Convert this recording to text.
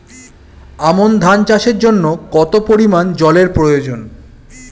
আমন ধান চাষের জন্য কত পরিমান জল এর প্রয়োজন?